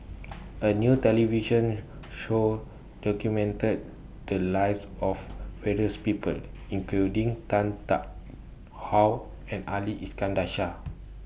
A New television Show documented The Lives of various People including Tan Tarn How and Ali Iskandar Shah